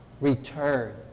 return